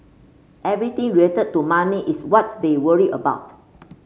everything related to money is what they worry about